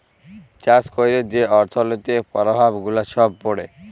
চাষ ক্যইরে যে অথ্থলৈতিক পরভাব গুলা ছব পড়ে